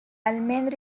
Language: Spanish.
almendra